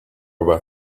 about